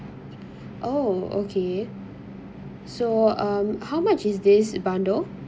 oh okay so um how much is this bundle